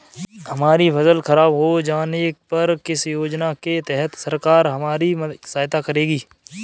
हमारी फसल खराब हो जाने पर किस योजना के तहत सरकार हमारी सहायता करेगी?